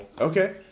Okay